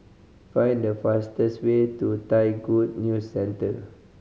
find the fastest way to Thai Good News Centre